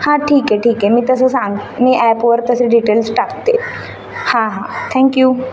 हां ठीक आहे ठीक आहे मी तसं सांग मी ॲपवर तसे डिटेल्स टाकते हां हां थँक यू